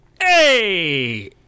Hey